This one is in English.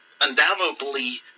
undoubtedly